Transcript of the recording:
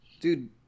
dude